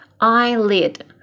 Eyelid